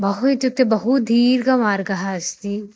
बहु इत्युक्ते बहु दीर्घमार्गः अस्ति